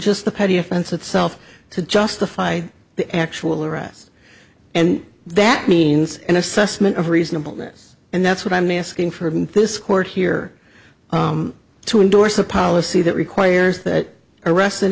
just the petty offense itself to justify the actual arrest and that means an assessment of reasonable this and that's what i'm asking for this court here to endorse a policy that requires that arrest in